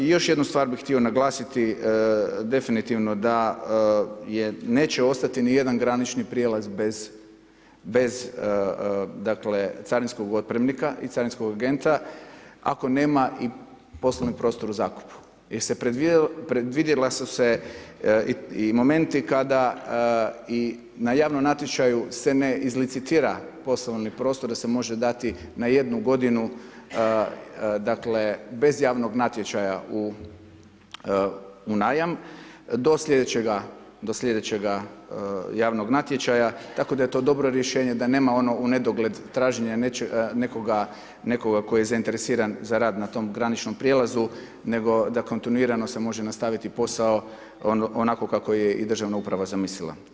Još jednu stvar bi htio naglasiti definitivno da neće ostati nijedan granični prijelaz bez carinskog otpremnika i carinskog agenta ako nema i poslovni prostor u zakupu jer su se predvidjeli momenti kada na javnom natječaju se ne izlicitira poslovni prostor da se može dati na jednu godinu bez javnog natječaja u najam do sljedećega javnog natječaja, tako da je to dobro rješenje da nema ono u nedogled traženja nekoga tko je zainteresiran za rad na tom graničnom prijelazu nego da kontinuirano se može nastaviti posao onako kako je i državna uprava zamislila.